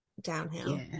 downhill